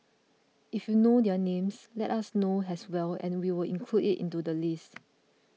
if you know their names let us know as well and we'll include it into the list